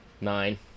nine